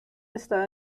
está